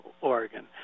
Oregon